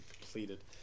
completed